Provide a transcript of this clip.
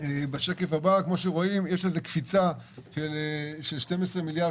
בשקף הבא רואים שיש קפיצה של 12 מיליארד